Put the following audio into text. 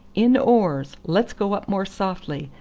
in oars! let's go up more softly.